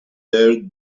herd